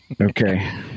okay